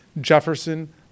Jefferson